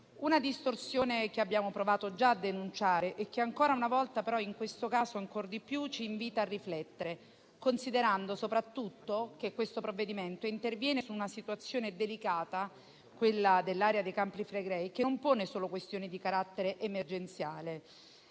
una distorsione che abbiamo provato già a denunciare e che, ancora una volta e in questo caso ancor di più, ci invita a riflettere, considerando soprattutto che questo provvedimento interviene su una situazione delicata, quella dell'area dei Campi Flegrei, che non pone solo questioni di carattere emergenziale,